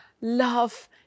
love